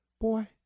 Boy